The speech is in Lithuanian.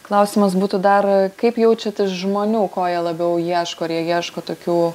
klausimas būtų dar kaip jaučiat iš žmonių ko jie labiau ieško ar jie ieško tokių